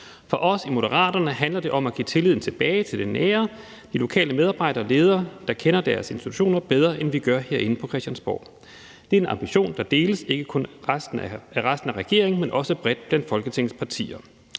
For os i Moderaterne handler det om at give tilliden tilbage til det nære, til lokale medarbejdere og ledere, der kender deres institutioner bedre, end vi gør herinde på Christiansborg. Det er en ambition, der deles ikke kun af resten af regeringen, men også bredt blandt Folketingets partier.